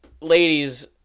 ladies